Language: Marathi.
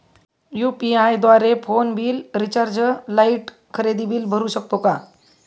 यु.पी.आय द्वारे फोन बिल, रिचार्ज, लाइट, खरेदी बिल भरू शकतो का?